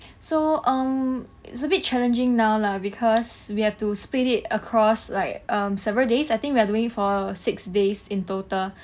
so um it's a bit challenging now lah because we have to split it across like um several days I think we're doing for six days in total